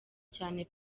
cyane